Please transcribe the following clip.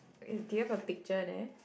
d~ do you have a picture there